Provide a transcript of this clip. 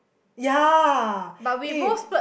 yea eh